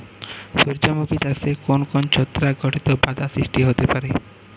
সূর্যমুখী চাষে কোন কোন ছত্রাক ঘটিত বাধা সৃষ্টি হতে পারে?